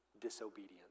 disobedience